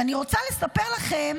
ואני רוצה לספר לכם